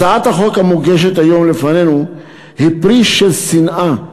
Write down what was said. הצעת החוק המוגשת היום לפנינו היא פרי של שנאה,